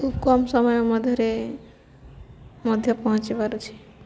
ଖୁବ କମ୍ ସମୟ ମଧ୍ୟରେ ମଧ୍ୟ ପହଞ୍ଚି ପାରୁଛି